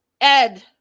Ed